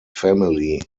family